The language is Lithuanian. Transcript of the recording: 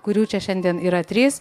kurių čia šiandien yra trys